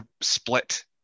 split